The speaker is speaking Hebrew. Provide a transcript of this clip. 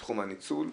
בתחום הניצול.